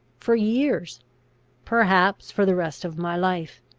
for years perhaps for the rest of my life.